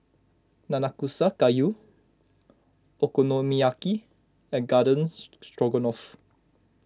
Nanakusa Gayu Okonomiyaki and Garden Stroganoff